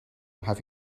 have